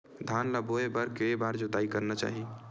धान ल बोए बर के बार जोताई करना चाही?